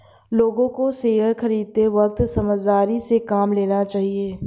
लोगों को शेयर खरीदते वक्त समझदारी से काम लेना चाहिए